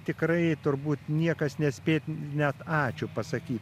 tikrai turbūt niekas nespėt net ačiū pasakyt